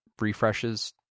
refreshes